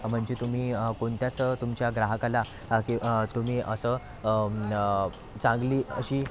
म्हणजे तुम्ही कोणत्याच तुमच्या ग्राहकाला तुम्ही असं चांगली अशी